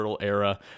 era